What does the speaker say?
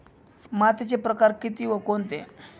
मातीचे प्रकार किती व कोणते?